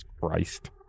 Christ